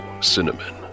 cinnamon